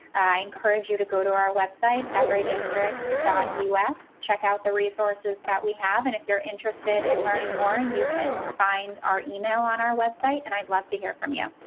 i encourage you to go to our website, everydistrict. us. check out the resources that we have, and if you're interested in learning more, you can find our email on our website, and i'd love to hear from you.